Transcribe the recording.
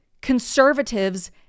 conservatives